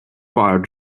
wired